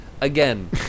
again